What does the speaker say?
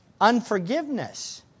Unforgiveness